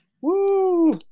Woo